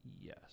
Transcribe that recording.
Yes